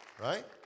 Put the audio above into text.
Right